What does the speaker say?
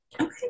okay